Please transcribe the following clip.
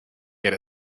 get